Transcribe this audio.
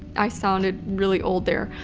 i sounded really old there.